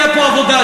תהיה פה עבודה,